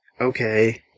okay